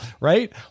right